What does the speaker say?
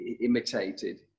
imitated